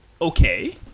okay